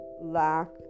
lack